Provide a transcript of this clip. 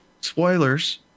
spoilers